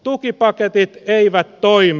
tukipaketit eivät toimi